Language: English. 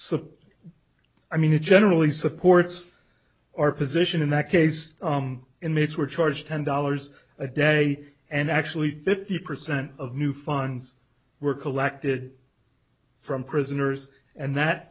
suppose i mean it generally supports our position in that case inmates were charged ten dollars a day and actually fifty percent of new funds were collected from prisoners and that